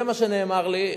זה מה שנאמר לי,